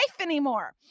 anymore